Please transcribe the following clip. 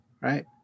right